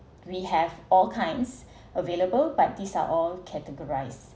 we have all kinds available but these are all categorized